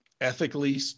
ethically